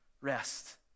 rest